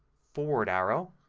forward arrow,